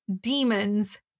demons